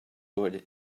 wood